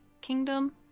Kingdom